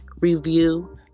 review